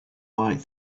might